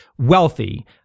wealthy